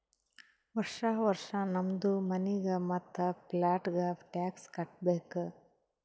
ವರ್ಷಾ ವರ್ಷಾ ನಮ್ದು ಮನಿಗ್ ಮತ್ತ ಪ್ಲಾಟ್ಗ ಟ್ಯಾಕ್ಸ್ ಕಟ್ಟಬೇಕ್